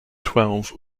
twelve